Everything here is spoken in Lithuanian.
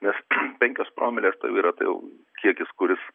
nes penkios promilės tai yra tai jau kiekis kuris